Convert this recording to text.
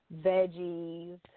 veggies